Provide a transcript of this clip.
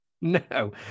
No